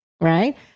Right